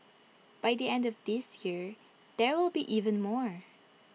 by the end of this year there will be even more